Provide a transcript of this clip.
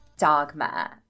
dogma